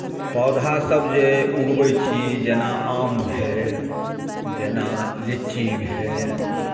पौधासभ जे उगबै छी जेना आम भेल जेना लीची भेल